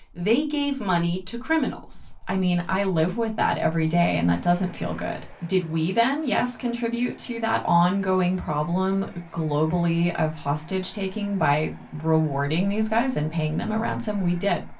they gave money to criminals i mean, i live with that every day. and that doesn't feel good. did we then, yes, contribute to that ongoing problem globally of hostage-taking by rewarding these guys and paying them a ransom? did.